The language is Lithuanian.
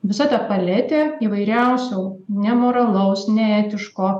visa ta paletė įvairiausių nemoralaus neetiško